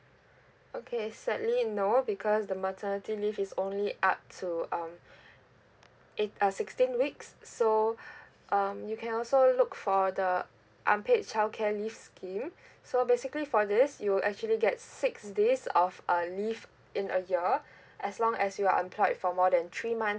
okay sadly no because the maternity leave is only up to um eight uh sixteen weeks so um you can also look for the unpaid childcare leave scheme so basically for this you'll actually get six days of uh leave in a year as long as you are employed for more than three months